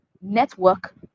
Network